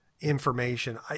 information